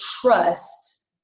trust